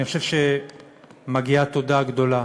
אני חושב שמגיעה תודה גדולה